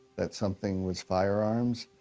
that something was firearms,